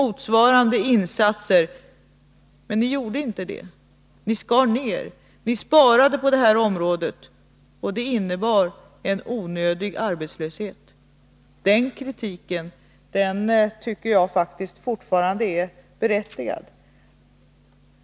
Det gjorde ni inte, utan skar ned. Ni sparade på detta område, och det innebar en onödig arbetslöshet. Den kritiken tycker jag faktiskt fortfarande är berättigad.